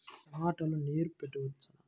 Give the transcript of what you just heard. టమాట లో నీరు పెట్టవచ్చునా?